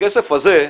הכסף הזה,